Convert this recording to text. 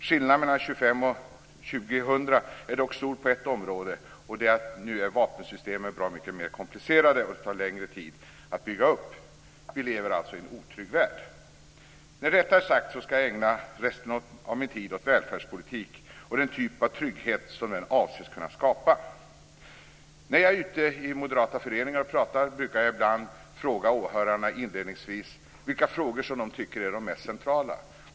Skillnaden mellan 1925 och 2000 är dock stor på ett område: Nu är vapensystemen bra mycket mer komplicerade och tar längre tid att bygga upp. Vi lever alltså i en otrygg värld. När detta är sagt ska jag ägna resten av min talartid åt välfärdspolitik och den typ av trygghet som den avses kunna skapa. När jag är ute och talar i moderata föreningar brukar jag ibland inledningsvis fråga åhörarna vilka saker som de tycker är de mest centrala.